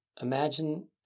Imagine